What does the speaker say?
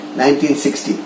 1960